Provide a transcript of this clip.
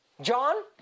John